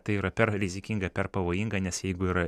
tai yra per rizikinga per pavojinga nes jeigu yra